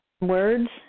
words